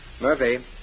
Murphy